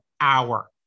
hour